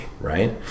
right